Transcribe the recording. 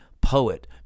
poet